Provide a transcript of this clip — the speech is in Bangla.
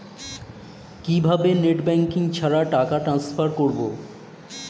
কিভাবে নেট ব্যাঙ্কিং ছাড়া টাকা ট্রান্সফার করবো?